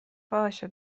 باشه